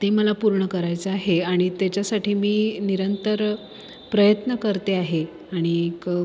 ते मला पूर्ण करायचं आहे आणि त्याच्यासाठी मी निरंतर प्रयत्न करते आहे आणि एक